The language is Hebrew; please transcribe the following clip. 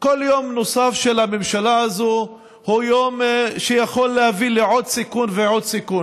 של הממשלה הזאת הוא יום שיכול להביא לעוד סיכון ועוד סיכון.